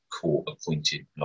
court-appointed